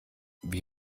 wie